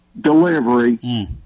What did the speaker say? delivery